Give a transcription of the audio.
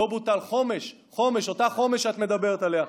לא בוטל חומש, אותה חומש שאת מדברת עליה.